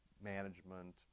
management